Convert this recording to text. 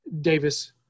Davis